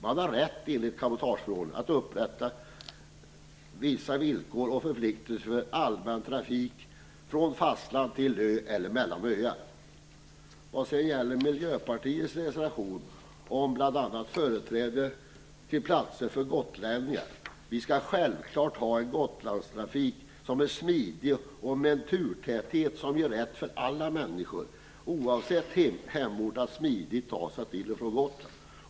Man har enligt cabotageförordningen rätt att uppställa vissa villkor och förpliktelser för allmän trafik mellan fastland och ö samt mellan öar. Miljöpartiet föreslår i sin reservation bl.a. företräde till platser för gotlänningar. Självfallet skall vi ha en Gotlandstrafik som är smidig och med en turtäthet som ger alla människor, oavsett hemort, rätt att smidigt ta sig till och från Gotland.